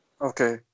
Okay